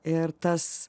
ir tas